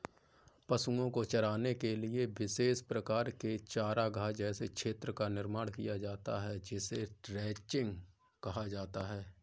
पशुओं को चराने के लिए विशेष प्रकार के चारागाह जैसे क्षेत्र का निर्माण किया जाता है जिसे रैंचिंग कहा जाता है